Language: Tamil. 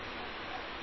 வைக்கப்பட வேண்டும்